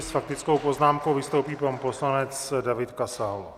S faktickou poznámkou vystoupí pan poslanec David Kasal.